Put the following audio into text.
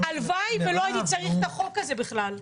הלוואי ולא היה צריך את החוק הזה בכלל.